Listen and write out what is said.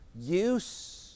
use